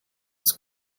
its